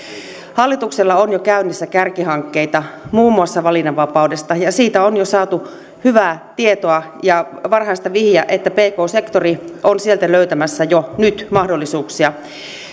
hallituksella on jo käynnissä kärkihankkeita muun muassa valinnanvapaudesta ja siitä on jo saatu hyvää tietoa ja varhaista vihiä että pk sektori on sieltä löytämässä jo nyt mahdollisuuksia